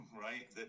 right